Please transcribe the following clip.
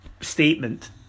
statement